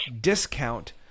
discount